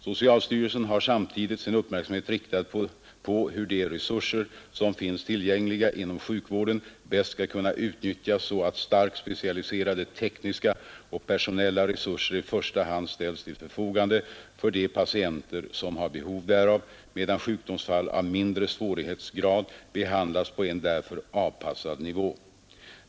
Socialstyrelsen har samtidigt sin uppmärksamhet riktad på hur de resurser som finns tillgängliga inom sjukvården bäst skall kunna utnyttjas så att starkt specialiserade tekniska och personella resurser i första hand ställs till förfogande för de patienter som har behov därav, medan sjukdomsfall av mindre svårighetsgrad behandlas på en därför avpassad nivå.